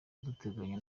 duteganya